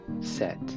set